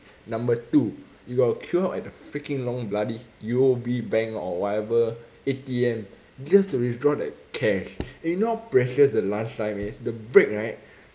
number two you will queue up at the freaking long bloody U_O_B bank or whatever A_T_M just to withdraw that cash and you know how precious the lunch time is the break right